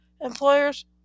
employers